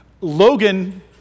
Logan